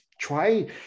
try